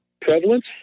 prevalence